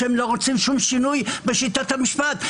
שהם לא רוצים שום שינוי בשיטת המשפט.